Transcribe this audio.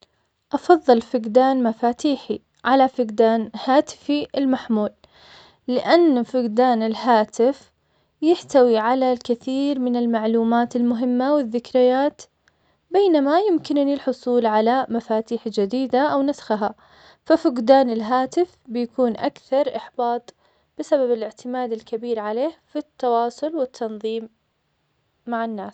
تفضل فقدان مفاتيحي على فقدان هاكسي المحمول. لان فقدان الهاتف يحتوي على الكثير من المعلومات المهمة والذكريات. بينما يمكنني الحصول على مفاتيح جديدة او نفخها. ففقدان الهاتف اكثر احباط بسبب الاعتماد الكبير عليه في التواصل والتنظيم مع الناس